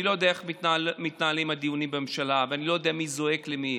אני לא יודע איך מתנהלים הדיונים בממשלה ואני לא יודע מי זועק למי,